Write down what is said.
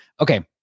Okay